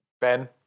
ben